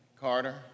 Carter